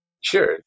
Sure